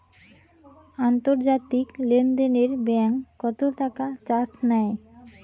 আন্তর্জাতিক লেনদেনে ব্যাংক কত টাকা চার্জ নেয়?